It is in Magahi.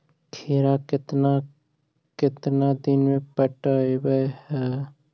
खिरा केतना केतना दिन में पटैबए है?